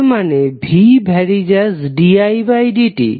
তার মানে v ∞didt